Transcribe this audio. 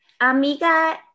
Amiga